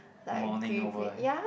mourning over